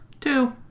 Two